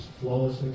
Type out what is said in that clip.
flawless